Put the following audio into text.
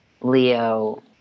Leo